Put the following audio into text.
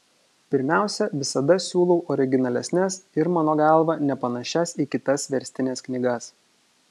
pirmiausia visada siūlau originalesnes ir mano galva nepanašias į kitas verstines knygas